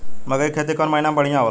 मकई के खेती कौन महीना में बढ़िया होला?